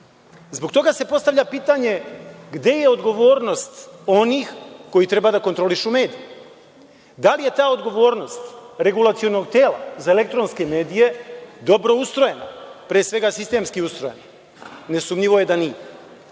toga se postavlja pitanje – gde je odgovornost onih koji treba da kontrolišu medije? Da li je ta odgovornost Regulacionog tela za elektronske medije dobro ustrojena, pre svega sistemski ustrojena? Nesumnjivo je da